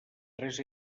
tres